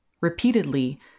Repeatedly